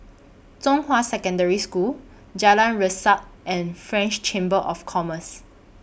Zhonghua Secondary School Jalan Resak and French Chamber of Commerce